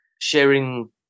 sharing